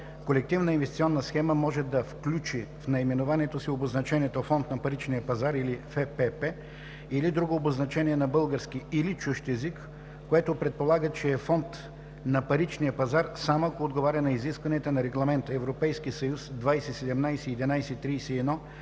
Колективна инвестиционна схема може да включи в наименованието си обозначението „фонд на паричния пазар“, „ФПП“ или друго обозначение на български или на чужд език, което предполага, че е фонд на паричния пазар, само ако отговаря на изискванията на Регламент (ЕС) 2017/1131